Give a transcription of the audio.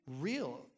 real